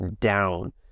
down